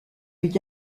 aux